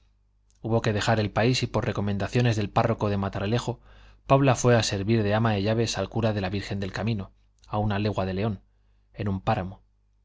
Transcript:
hubo que dejar el país y por recomendaciones del párroco de matalerejo paula fue a servir de ama de llaves al cura de la virgen del camino a una legua de león en un páramo